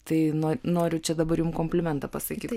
tai no noriu čia dabar jums komplimentą pasakyt